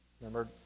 Remember